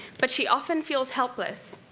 but she often feels helpless,